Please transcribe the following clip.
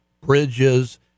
bridges